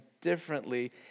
differently